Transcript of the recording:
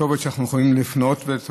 כתובת שאנחנו יכולים לפנות אליה.